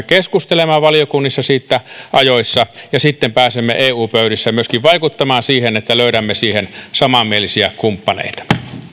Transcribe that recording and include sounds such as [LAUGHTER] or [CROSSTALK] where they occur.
[UNINTELLIGIBLE] keskustelemaan valiokunnissa siitä ajoissa ja sitten pääsemme eu pöydissä myöskin vaikuttamaan siihen että löydämme siihen samanmielisiä kumppaneita